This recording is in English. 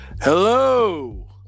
Hello